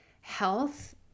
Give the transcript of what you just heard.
health